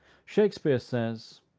shakspeare says,